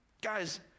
Guys